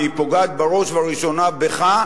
כי היא פוגעת בראש ובראשונה בך,